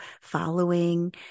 following